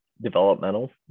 developmental